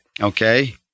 Okay